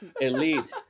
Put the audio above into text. elite